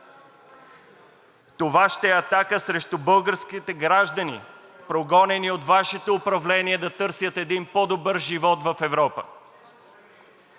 Това ще е атака срещу българските граждани, прогонени от Вашето управление, за да търсят един по-добър живот в Европа.